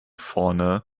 vorne